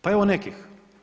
Pa evo nekih.